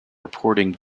reporting